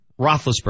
Roethlisberger